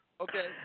Okay